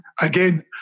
again